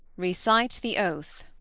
recite the oath.